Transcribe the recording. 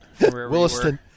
Williston